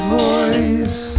voice